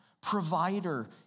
provider